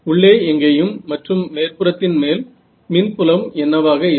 உள்ளே எங்கேயும் மற்றும் மேற்புறத்தில் மேல் மின்புலம் என்னவாக இருக்கும்